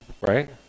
right